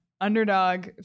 underdog